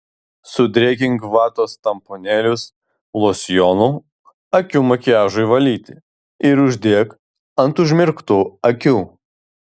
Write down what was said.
sudrėkink vatos tamponėlius losjonu akių makiažui valyti ir uždėk ant užmerktų akių